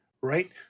right